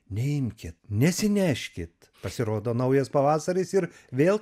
neimkit nesineškit pasirodo naujas pavasaris ir vėl